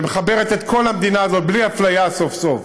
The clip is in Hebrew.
שמחברת את כל המדינה הזאת בלי אפליה סוף-סוף,